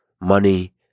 money